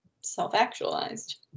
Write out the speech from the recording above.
self-actualized